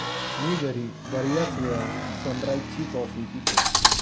मी घरी बर्याचवेळा सनराइज ची कॉफी पितो